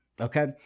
Okay